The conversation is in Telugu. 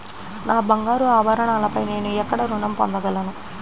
నా బంగారు ఆభరణాలపై నేను ఎక్కడ రుణం పొందగలను?